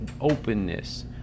openness